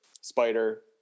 spider